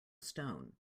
stone